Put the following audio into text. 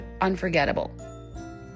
unforgettable